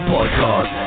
Podcast